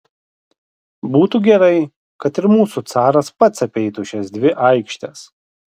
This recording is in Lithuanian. būtų gerai kad ir mūsų caras pats apeitų šias dvi aikštes